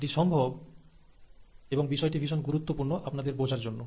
এটি সম্ভব এবং বিষয়টি ভীষণ গুরুত্বপূর্ণ আপনাদের বোঝার জন্য